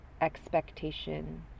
expectation